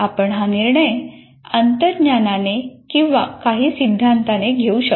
आपण हा निर्णय अंतर्ज्ञानाने किंवा काही सिद्धांताने घेऊ शकता